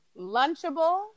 lunchable